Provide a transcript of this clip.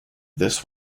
this